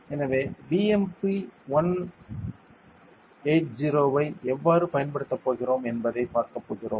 எனவே BMP180 ஐ எவ்வாறு பயன்படுத்தப் போகிறோம் என்பதைப் பார்க்கப் போகிறோம்